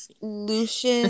Lucian